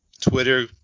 twitter